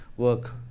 work